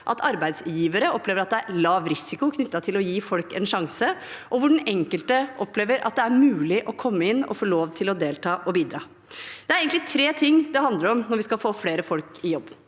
at arbeidsgivere opplever at det er lav risiko knyttet til å gi folk en sjanse, og hvor den enkelte opplever at det er mulig å komme inn og få lov til å delta og bidra. Det er egentlig tre ting det handler om når vi skal få flere folk i jobb.